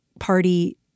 Party